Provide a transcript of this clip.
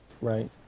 Right